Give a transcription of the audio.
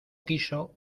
quiso